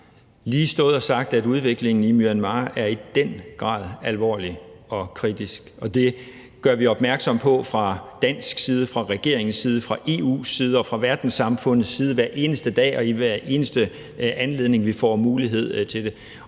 lige stået og sagt, at udviklingen i Myanmar i den grad er alvorlig og kritisk, og det gør vi opmærksom på fra dansk side, fra regeringens side, fra EU's side og fra verdenssamfundets side hver eneste dag og i hver eneste anledning, vi får mulighed for det.